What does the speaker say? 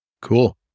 Cool